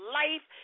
life